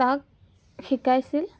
তাক শিকাইছিল